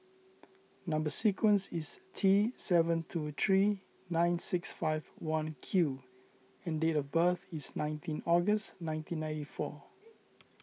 Number Sequence is T seven two three nine six five one Q and date of birth is nineteen August nineteen ninety four